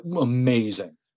Amazing